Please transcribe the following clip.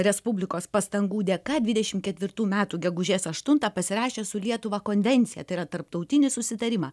respublikos pastangų dėka dvidešim ketvirtų metų gegužės aštuntą pasirašė su lietuva konvenciją tai yra tarptautinį susitarimą